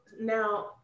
now